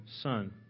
son